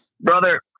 Brother